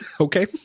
okay